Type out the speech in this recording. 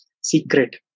secret